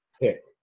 pick